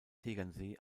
tegernsee